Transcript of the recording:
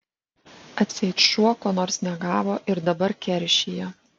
atseit šuo ko nors negavo ir dabar keršija